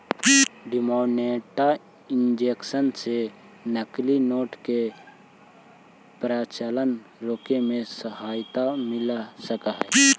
demonetisation से नकली note के प्रचलन रोके में सफलता मिल सकऽ हई